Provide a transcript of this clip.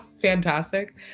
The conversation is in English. fantastic